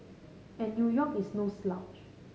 and New York is no slouch